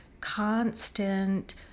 constant